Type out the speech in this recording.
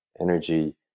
energy